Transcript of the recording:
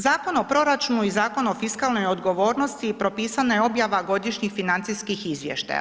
Zakon o proračunu i Zakon o fiskalnoj odgovornosti propisana je objava godišnjih financijskih izvještaja.